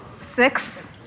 Six